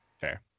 Fair